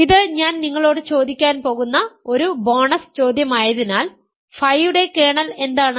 ഇത് ഞാൻ നിങ്ങളോട് ചോദിക്കാൻ പോകുന്ന ഒരു ബോണസ് ചോദ്യമായതിനാൽ ഫൈയുടെ കേർണൽ എന്താണ്